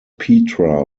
petra